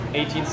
18